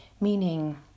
meaning